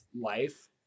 life